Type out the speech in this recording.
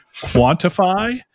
quantify